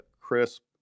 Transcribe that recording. crisp